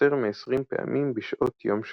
יותר מעשרים פעמים, בשעות יום שונות.